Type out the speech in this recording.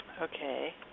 Okay